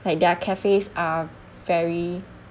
like their cafes are very